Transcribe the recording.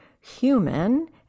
human